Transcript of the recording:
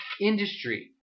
industry